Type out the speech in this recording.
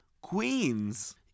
queens